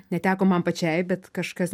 neteko man pačiai bet kažkas